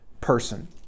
person